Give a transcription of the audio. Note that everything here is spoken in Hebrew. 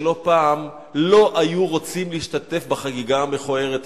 שלא פעם לא היו רוצים להשתתף בחגיגה המכוערת הזאת,